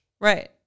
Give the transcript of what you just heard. Right